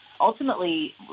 ultimately